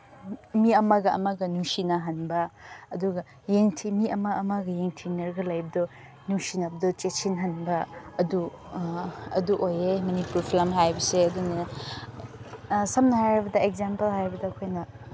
ꯃꯤ ꯑꯃꯒ ꯑꯃꯒ ꯅꯨꯡꯁꯤꯅꯍꯟꯕ ꯑꯗꯨꯒ ꯃꯤ ꯑꯃ ꯑꯃꯒ ꯌꯦꯡꯊꯤꯅꯔꯒ ꯂꯩꯕꯗꯨ ꯅꯨꯡꯁꯤꯅꯕꯗꯨ ꯆꯦꯠꯁꯤꯟꯅꯕ ꯑꯗꯨ ꯑꯣꯏꯌꯦ ꯃꯅꯤꯄꯨꯔ ꯐꯤꯂꯝ ꯍꯥꯏꯕꯁꯦ ꯑꯗꯨꯅ ꯁꯝꯅ ꯍꯥꯏꯔꯕꯗ ꯑꯦꯛꯖꯥꯝꯄꯜ ꯍꯥꯏꯕꯗ ꯑꯩꯈꯣꯏꯅ